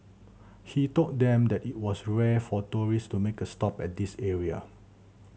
he told them that it was rare for tourist to make a stop at this area